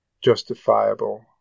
justifiable